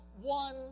one